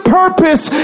purpose